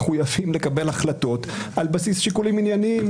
מחויבים לקבל החלטות על בסיס שיקולים ענייניים